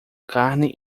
carne